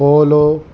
polo